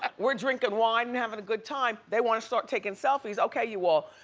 we're drinkin' wine and havin' a good time. they wanna start taking selfies. okay, you all,